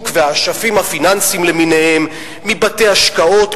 והאשפים הפיננסיים למיניהם מבתי-השקעות,